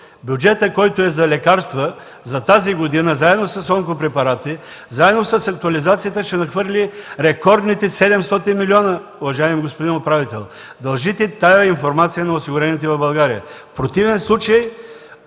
бюджетът, който е за лекарства за тази година, заедно с онкопрепарати, заедно с актуализацията ще надхвърли рекордните 700 милиона, уважаеми господин управител? Дължите тази информация на осигурените в България. В противен случай